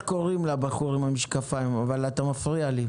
קוראים לבחור עם המשקפיים אבל אתה מפריע לי.